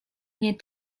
nie